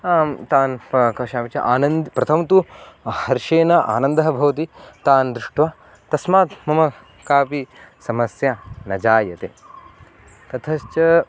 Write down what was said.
आं तान् पश्यामि चेत् आनन्दः प्रथमं तु हर्षेन आनन्दः भवति तान् दृष्ट्वा तस्मात् मम कापि समस्या न जायते ततश्च